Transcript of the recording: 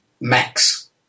max